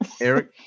Eric